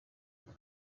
urwo